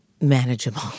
manageable